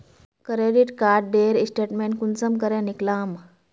Credit कार्डेर statement कुंसम करे निकलाम?